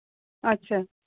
ᱟᱪᱪᱷᱟ